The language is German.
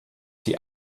die